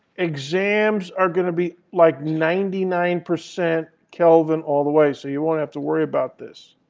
exams are going to be like ninety nine percent kelvin all the way, so you won't have to worry about this.